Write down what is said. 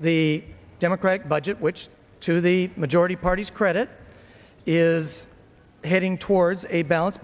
the democratic budget which to the majority party's credit is heading towards a balance